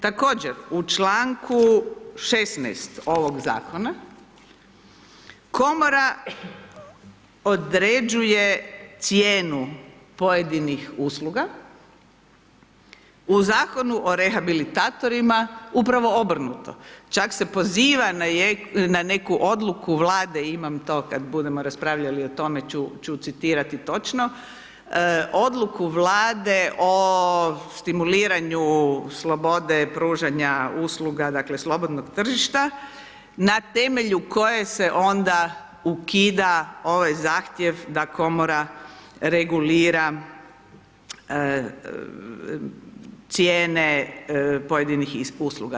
Također u članku 16. ovog Zakona, Komora određuje cijenu pojedinih usluga, u Zakonu o rehabilitatorima upravo obrnuto, čak se poziva na neku Odluku Vlade, imam to, kad budemo raspravljali o tome, ću, ću citirati točno, Odluku Vlade o stimuliranju slobode pružanja usluga, dakle slobodnog tržišta na temelju koje se onda ukida ovaj zahtjev da Komora regulira cijene pojedinih usluga.